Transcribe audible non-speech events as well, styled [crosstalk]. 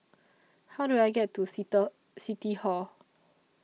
How Do I get to [unintelligible] City Hall